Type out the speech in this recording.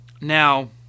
Now